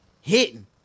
Hitting